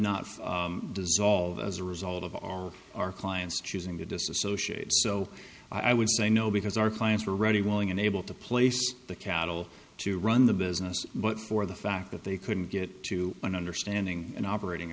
not dissolve as a result of all our clients choosing to disassociate so i would say no because our clients were ready willing and able to place the cattle to run the business but for the fact that they couldn't get to an understanding an operating